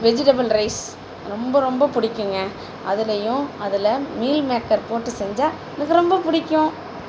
vegetable rice ரொம்ப ரொம்ப பிடிக்குங்க அதுலயும் அதில் மீல்மேக்கர் போட்டுச் செஞ்சால் மிக ரொம்ப பிடிக்கும்